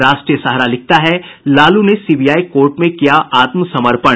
राष्ट्रीय सहारा लिखता है लालू ने सीबीआई कोर्ट में किया आत्मसमर्पण